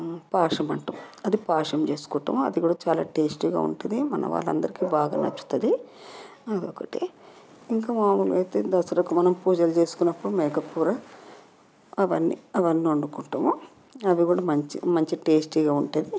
పాషం అంటాము అది పాషం చేసుకోవడం అది కూడా చాలా టేస్టీగా ఉంటుంది మన వాళ్ళ అందరికి బాగా నచ్చుతుంది అది ఒకటి ఇంకా మామూలుగా అయితే దసరాకు మనం పూజలు చేసుకున్నప్పుడు మేక కూర అవన్నీ అవన్నీ వండుకుంటాము అది కూడా మంచి మంచిగా టేస్టీగా ఉంటుంది